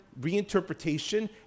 reinterpretation